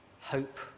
hope